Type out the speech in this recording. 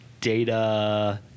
data